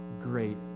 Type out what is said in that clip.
great